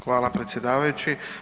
Hvala predsjedavajući.